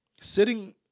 sitting